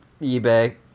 eBay